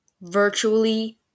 Virtually